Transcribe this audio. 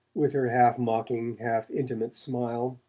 with her half-mocking half-intimate smile